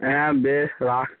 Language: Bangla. হ্যাঁ বেশ রাখ